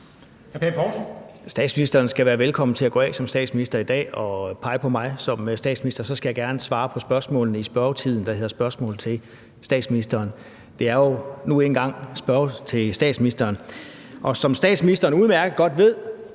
Statsministeren skal være velkommen til at gå af som statsminister i dag og pege på mig som statsminister, og så skal jeg gerne svare på spørgsmålene i spørgetiden, der hedder spørgsmål til statsministeren – det er nu engang spørgsmål til statsministeren. Og som statsministeren udmærket godt ved,